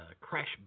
Crash